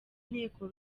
nteko